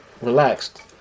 relaxed